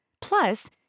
Plus